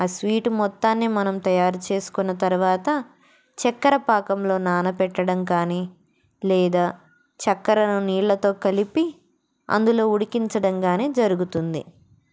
ఆ స్వీట్ మొత్తాన్ని మనం తయారు చేసుకున్న తర్వాత చక్కెర పాకంలో నానపెట్టడం కానీ లేదా చక్కరను నీళ్ళతో కలిపి అందులో ఉడికించడం కానీ జరుగుతుంది